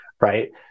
Right